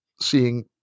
seeing